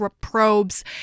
probes